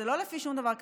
זה לא לפי שום דבר כזה.